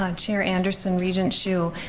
um chair anderson, regent hsu,